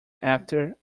after